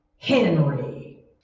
Henry